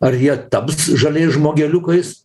ar jie taps žaliais žmogeliukais